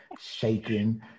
Shaking